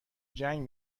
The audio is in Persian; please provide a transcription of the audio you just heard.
جنگ